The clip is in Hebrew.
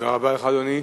תודה רבה לך, אדוני.